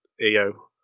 EO